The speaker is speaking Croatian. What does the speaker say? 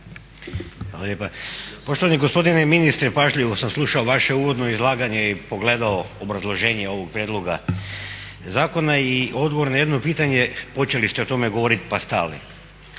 rada)** Poštovani gospodine ministre, pažljivo sam slušao vaše uvodno izlaganje i pogledao obrazloženje ovog prijedloga zakona i odgovor na jedno pitanje. Počeli ste o tome govoriti pa stali.